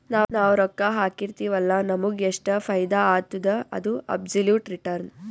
ನಾವ್ ರೊಕ್ಕಾ ಹಾಕಿರ್ತಿವ್ ಅಲ್ಲ ನಮುಗ್ ಎಷ್ಟ ಫೈದಾ ಆತ್ತುದ ಅದು ಅಬ್ಸೊಲುಟ್ ರಿಟರ್ನ್